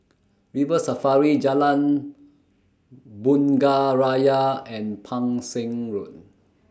River Safari Jalan Bunga Raya and Pang Seng Road